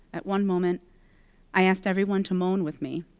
at one moment i asked everyone to moan with me.